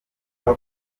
uko